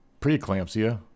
preeclampsia